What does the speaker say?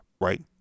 right